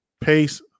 pace